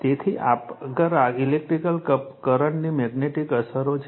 તેથી આગળ ઇલેક્ટ્રિક કરંટની મેગ્નેટિક અસરો છે